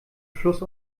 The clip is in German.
fluss